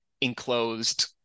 enclosed